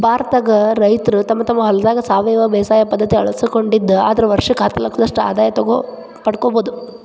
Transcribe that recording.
ಭಾರತದಾಗ ರೈತರು ತಮ್ಮ ತಮ್ಮ ಹೊಲದಾಗ ಸಾವಯವ ಬೇಸಾಯ ಪದ್ಧತಿ ಅಳವಡಿಸಿಕೊಂಡಿದ್ದ ಆದ್ರ ವರ್ಷಕ್ಕ ಹತ್ತಲಕ್ಷದಷ್ಟ ಆದಾಯ ಪಡ್ಕೋಬೋದು